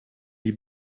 die